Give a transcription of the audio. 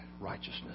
righteousness